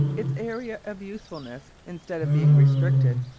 its area of usefulness, instead of being restricted,